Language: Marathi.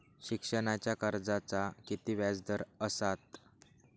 शिक्षणाच्या कर्जाचा किती व्याजदर असात?